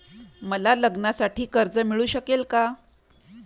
मला लग्नासाठी कर्ज मिळू शकेल का?